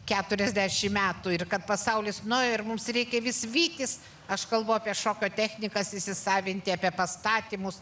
keturiasdešimt metų ir kad pasaulis nuėjo ir mums reikia vis vykis aš kalbu apie šokio technikas įsisavinti apie pastatymus